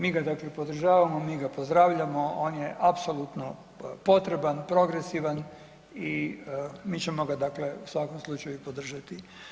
Mi ga dakle podržavamo, mi ga pozdravljamo on je apsolutno potreban, progresivan i mi ćemo ga dakle u svakom slučaju podržati.